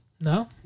no